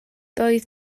doedd